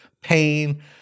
pain